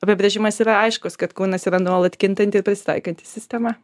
apibrėžimas yra aiškus kad kūnas yra nuolat kintanti prisitaikanti sistema